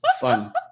Fun